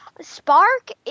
Spark